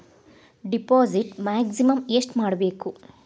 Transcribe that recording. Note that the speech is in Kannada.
ಡಿಪಾಸಿಟ್ ಮ್ಯಾಕ್ಸಿಮಮ್ ಎಷ್ಟು ಮಾಡಬೇಕು?